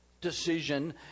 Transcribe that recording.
decision